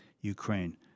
Ukraine